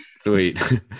Sweet